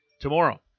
tomorrow